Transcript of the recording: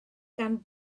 gan